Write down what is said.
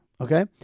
okay